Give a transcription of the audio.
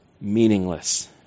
meaningless